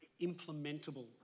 implementable